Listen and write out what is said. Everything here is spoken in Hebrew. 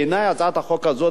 בעיני הצעת החוק הזאת,